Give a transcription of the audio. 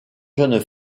jeunes